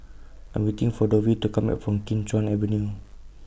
I Am waiting For Dovie to Come Back from Kim Chuan Avenue